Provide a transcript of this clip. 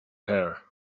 hair